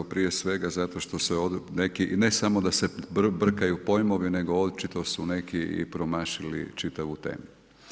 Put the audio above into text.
Prije svega zato što se neki, ne samo da se brkaju pojmovi, nego očito su neki i promašili čitavu temu.